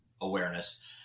awareness